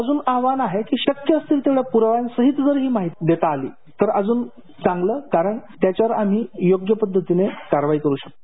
अजून आवाहन आहे कि शक्य असतील तेव्हा पुराव्यांसहीत जर ही माहिती देता आली तर अजून चांगलं कारण त्याच्यावर आम्ही योग्य पद्धतीने कारवाई करू शकतो